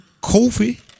Coffee